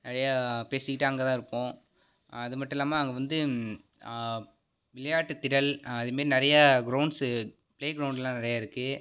நிறையா பேசிக்கிட்டு அங்கே தான் இருப்போம் அது மட்டும் இல்லாமல் அங்கே வந்து விளையாட்டு திடல் அதுமாரி நிறையா க்ரௌண்ட்ஸு ப்ளே க்ரௌண்ட்லாம் நிறையா இருக்குது